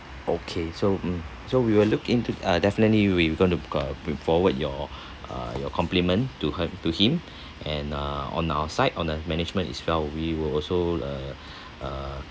okay so mm so we will look into uh definitely we're going to uh b~ forward your uh your compliment to her to him and uh on our side on the management is well we will also uh uh